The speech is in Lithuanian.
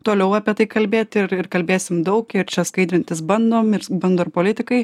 toliau apie tai kalbėt ir ir kalbėsim daug ir čia skaidrintis bandom ir bando ir politikai